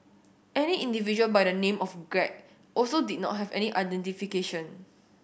another individual by the name of Greg also did not have any identification